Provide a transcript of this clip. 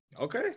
Okay